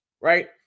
right